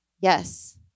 yes